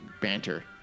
banter